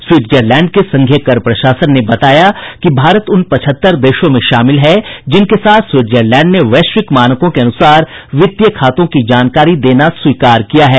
Switzerland के संघीय कर प्रशासन ने बताया कि भारत उन पचहत्तर देशों में शामिल है जिनके साथ स्विटजरलैंड ने वैश्विक मानकों के अनुसार वित्तीय खातों की जानकारी देना स्वीकार किया है